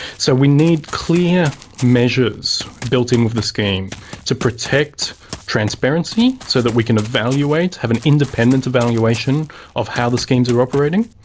so we need clear measures built into the scheme to protect transparency so that we can evaluate, have an independent evaluation of how the schemes are operating,